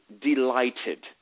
delighted